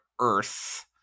earth